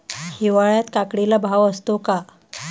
हिवाळ्यात काकडीला भाव असतो का?